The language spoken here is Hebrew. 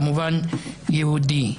יהודי,